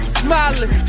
smiling